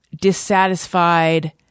dissatisfied